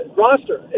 roster